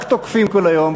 רק תוקפים כל היום.